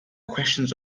questions